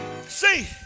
See